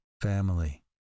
family